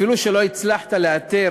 אפילו שלא הצלחת לאתר